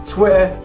Twitter